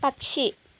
പക്ഷി